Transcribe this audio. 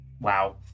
Wow